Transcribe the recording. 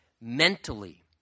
mentally